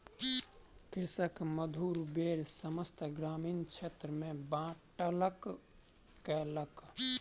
कृषक मधुर बेर समस्त ग्रामीण क्षेत्र में बाँटलक कयलक